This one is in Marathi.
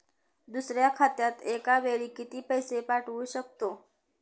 दुसऱ्या खात्यात एका वेळी किती पैसे पाठवू शकतो?